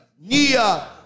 Nia